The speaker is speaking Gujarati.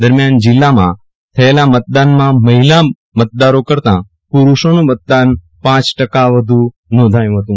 દરમિયાન જીલ્લામાં થયેલા મતદાનમાં મહિલા મતદારો કરતા પુડુષોનું મતદાન પ ટકા વધુ નોંધાયું હતું